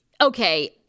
okay